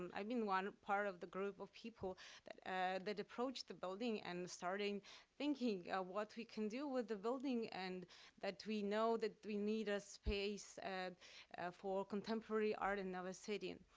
i mean one part of the group of people that that approached the building and starting thinking, what we can do with the building? and that we know that we need a space and for contemporary art in our city. and